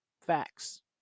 Facts